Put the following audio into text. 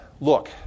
look